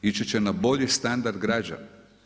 Ići će na bolji standard građana.